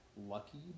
lucky